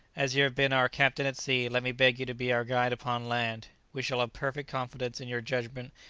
as you have been our captain at sea, let me beg you to be our guide upon land. we shall have perfect confidence in your judgment,